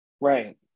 Right